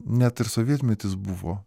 net ir sovietmetis buvo